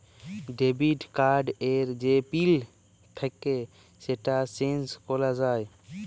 debit card এর যে pin থাক্যে সেটা চেঞ্জ ক্যরা যায়